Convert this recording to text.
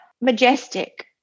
majestic